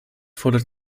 fordert